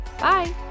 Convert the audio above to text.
Bye